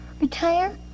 Retire